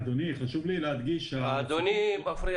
אין לי את הנתונים